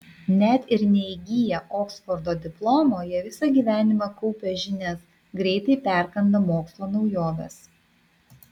net ir neįgiję oksfordo diplomo jie visą gyvenimą kaupia žinias greitai perkanda mokslo naujoves